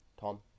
Tom